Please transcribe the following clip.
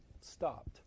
stopped